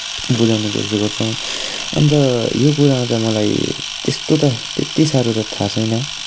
बुझाउने कोसिस गर्छौँ अन्त यो कुरामा चाहिँ मलाई त्यस्तो त त्यति साह्रो त थाहा छैन